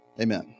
amen